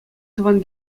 тӑван